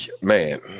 Man